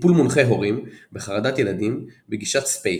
טיפול מונחה־הורים בחרדת ילדים בגישת SPACE,